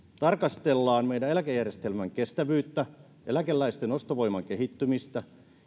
tarkastellaan meidän eläkejärjestelmän kestävyyttä eläkeläisten ostovoiman kehittymistä